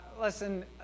listen